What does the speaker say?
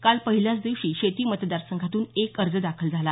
काल पहिल्याच दिवशी शेती मतदारसंघातून एक अर्ज दाखल झाला